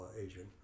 agent